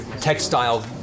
textile